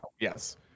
yes